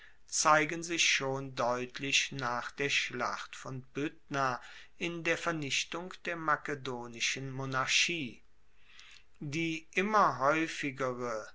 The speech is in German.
zeigen sich schon deutlich nach der schlacht von pydna in der vernichtung der makedonischen monarchie die immer haeufigere